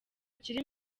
kiri